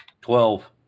Twelve